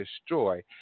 destroy